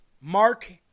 Mark